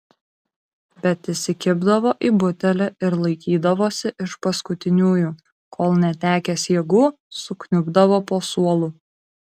bet įsikibdavo į butelį ir laikydavosi iš paskutiniųjų kol netekęs jėgų sukniubdavo po suolu